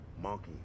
Monkey